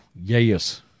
yes